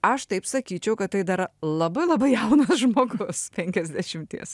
aš taip sakyčiau kad tai dar labai labai jaunas žmogus penkiasdešimties